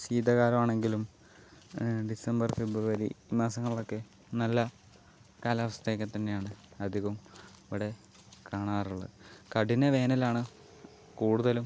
ശീതകാലം ആണെങ്കിലും December February ഈ മാസങ്ങളിലൊക്കെ നല്ല കാലാവസ്ഥ ഒക്കെ തന്നെയാണ് അധികവും ഇവിടെ കാണാറുള്ളത് കഠിന വേനൽ ആണ് കൂടുതലും